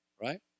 Right